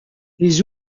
les